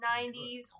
90s